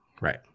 Right